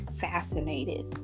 fascinated